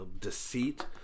deceit